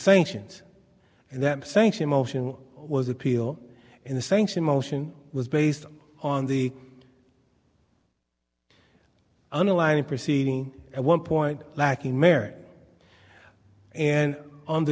sanctions and that sanction motion was appeal in the sanction motion was based on the underlying proceeding at one point lacking merit and